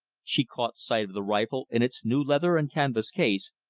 she caught sight of the rifle in its new leather and canvas case,